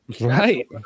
right